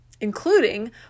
including